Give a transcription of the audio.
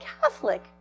Catholic